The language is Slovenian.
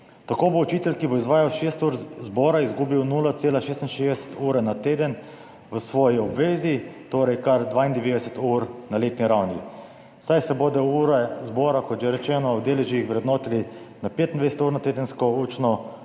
Tako bo učitelj, ki bo izvajal 6 ur zbora, izgubil 0,66 ure na teden v svoji obvezi, torej kar 92 ur na letni ravni, saj se bodo ure zbora, kot že rečeno, v deležih vrednotile na 25-urno tedensko učno